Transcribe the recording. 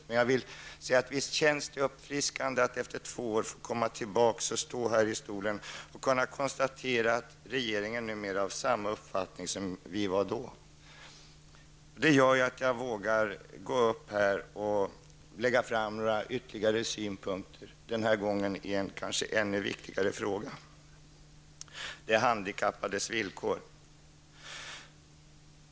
Men visst känns det uppfriskande att efter två år få komma tillbaka och stå här i talarstolen och kunna konstatera att regeringen numera är av samma uppfattning som vi i miljöpartiet då var. Detta gör att jag nu vågar framföra några ytterligare synpunkter, denna gång i en kanske ännu viktigare fråga, nämligen de handikappades villkor.